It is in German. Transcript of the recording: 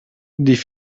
die